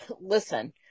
listen